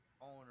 owner